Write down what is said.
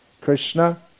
Krishna